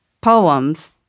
poems